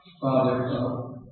Father